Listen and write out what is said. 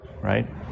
right